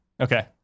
Okay